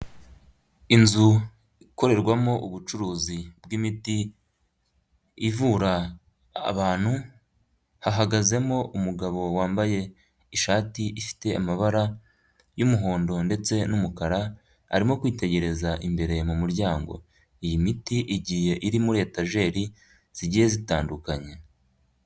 Inzu ikorerwamo ubucuruzi bw'imiti ivura abantu, hahagazemo umugabo wambaye ishati ifite amabara y'umuhondo ndetse n'umukara, arimo kwitegereza imbere mu muryango. Iyi miti igiye iri muri etageri zigiye zitandukanye.